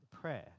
prayer